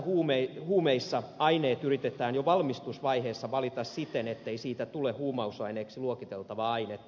tällaisissa huumeissa aineet yritetään jo valmistusvaiheessa valita siten ettei siitä tule huumausaineeksi luokiteltavaa ainetta